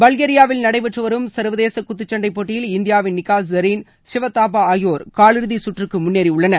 பல்கேரியாவில் நடைபெற்று வரும் சர்வதேச குத்துச்சண்டை போட்டியில் இந்தியாவின் நிக்கத் ஜரீன் ஷிவ தாபா ஆகியோர் காலிறுதி சுற்றுக்கு முன்னேறியுள்ளனர்